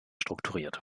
strukturiert